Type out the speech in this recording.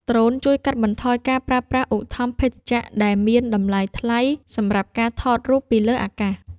ដ្រូនជួយកាត់បន្ថយការប្រើប្រាស់ឧទ្ធម្ភាគចក្រដែលមានតម្លៃថ្លៃសម្រាប់ការថតរូបពីលើអាកាស។